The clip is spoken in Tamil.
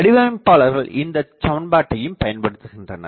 வடிவமைப்பாளர்கள் இந்தச் சமன்பாட்டையும் பயன்படுத்துகின்றனர்